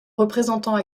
représentant